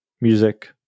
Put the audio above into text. Music